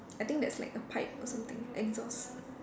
I think that's like a pipe or something exhaust